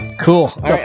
Cool